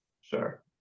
Sure